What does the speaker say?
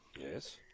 Yes